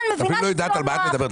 אפילו את לא יודעת על מה את מדברת.